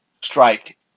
strike